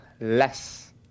Less